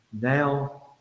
Now